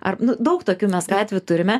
ar daug tokių mes gatvių turime